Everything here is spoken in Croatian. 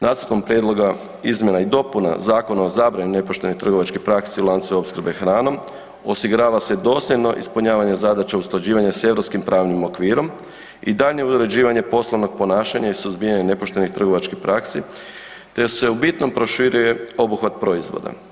Nacrtom prijedloga izmjena i dopuna o zabrani nepoštenih trgovačkih praksi u lancu opskrbe hranom osigurava se dosljedno ispunjavanje zadaća usklađivanja s europskim pravnim okvirom i daljnje uređivanje poslovnog ponašanja i suzbijanja nepoštenih trgovačkih praksi te se u bitnome proširuje obuhvat proizvoda.